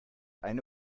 eine